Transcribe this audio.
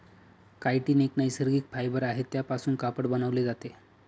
chitin एक नैसर्गिक fibre आहे त्यापासून कापड बनवले जाते